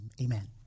amen